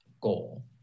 goal